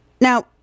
Now